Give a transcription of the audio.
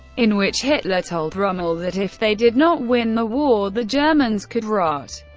in which hitler told rommel that if they did not win the war, the germans could rot.